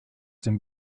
dem